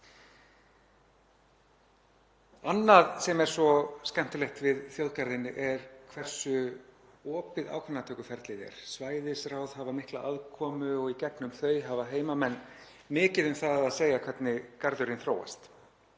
Annað sem er svo skemmtilegt við þjóðgarðinn er hversu opið ákvarðanatökuferlið er. Svæðisráð hafa mikla aðkomu og í gegnum þau hafa heimamenn mikið um það að segja hvernig garðurinn þróast.